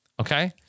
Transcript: Okay